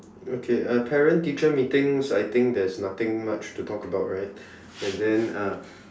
okay uh parent teacher meetings I think there's nothing much to talk about right and then uh